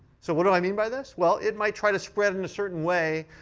so what do i mean by this? well, it might try to spread in a certain way,